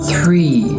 Three